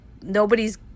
nobody's